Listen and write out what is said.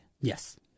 Yes